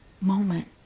moment